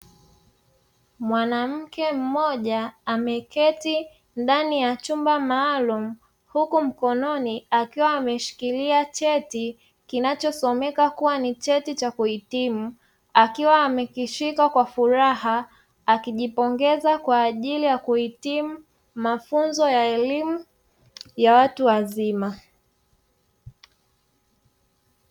Mwanamke mmoja ameketi ndani ya chumba maalumu huku mkononi akiwa ameshikilia cheti kinachosomeka kuwa ni cheti cha kuhitimu, akiwa amekishika kwa furaha akijipongeza kwajili ya kuhitimu mafunzo ya elimu ya watu wazima.